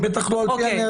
ובטח לא לפי הנהלים.